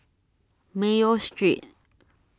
Mayo Street